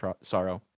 sorrow